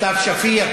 סתיו שפיר,